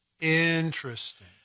Interesting